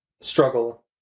struggle